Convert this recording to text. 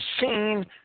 seen